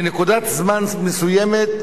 בנקודת זמן מסוימת,